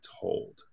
told